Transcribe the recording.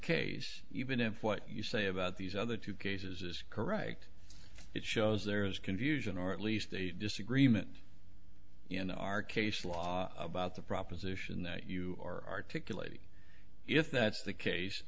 case even if what you say about these other two cases is correct it shows there is confusion or at least a disagreement in our case law about the proposition that you are articulate if that's the case